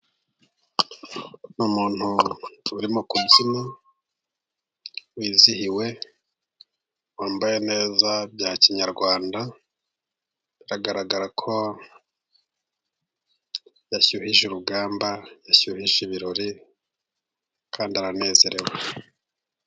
Ni umuntu urimo kubyina, wizihiwe, wambaye neza bya kinyarwanda, biragaragara ko yashyuhije urugamba, yashyuhije ibirori, kandi aranezerewe.